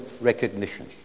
recognition